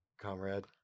Comrade